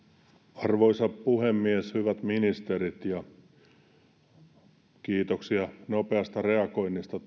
arvoisa puhemies hyvät ministerit kiitoksia nopeasta reagoinnista